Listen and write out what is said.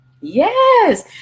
yes